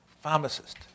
pharmacist